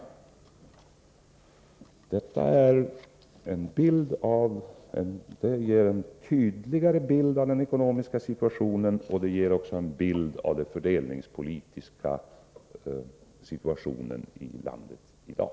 Detta ger en tydlig bild av den ekonomiska situationen och även en bild av den fördelningspolitiska situationen i landet i dag.